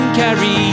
carry